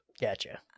Gotcha